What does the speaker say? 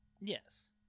Yes